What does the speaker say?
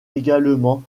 également